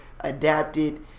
adapted